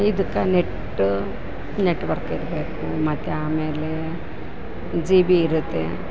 ಇದಕ್ಕೆ net network ಇರಬೇಕು ಮತ್ತು ಆಮೇಲೇ ಜಿ ಬಿ ಇರತ್ತೆ